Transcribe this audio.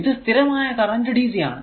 ഇത് സ്ഥിരമായ current dc ആണ്